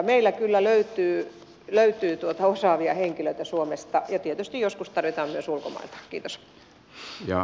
meillä kyllä löytyy osaavia henkilöitä suomesta ja tietysti joskus tarvitaan myös ulkomailta